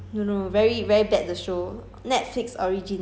看了一两集 then like so bad like that